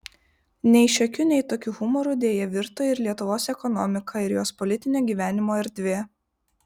nei šiokiu nei tokiu humoru deja virto ir lietuvos ekonomika ir jos politinio gyvenimo erdvė